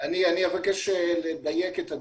אני אבקש לדייק את הדברים.